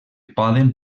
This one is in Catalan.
poden